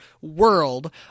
world